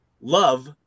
love